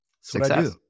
success